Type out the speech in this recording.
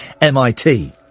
MIT